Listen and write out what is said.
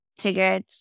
figured